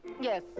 Yes